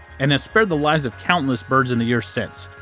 and has spared the lives of countless birds in the year since.